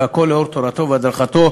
והכול לאור תורתו והדרכתו